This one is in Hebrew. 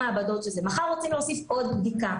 מחר רוצים להוסיף עוד בדיקה,